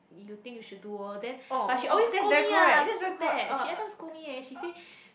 you think you should do lor then but she always scold me ah so bad she everytime scold me eh she say